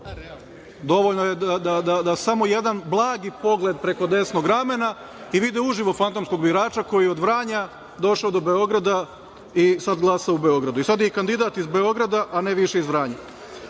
Dovoljno je da samo jedan blagi pogled preko desnog ramena i vide uživo fantomskog birača, koji je od Vranja došao do Beograda i sad glasa u Beogradu i sad je kandidat iz Beograda, a ne više iz Vranja. Ponovo